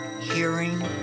hearing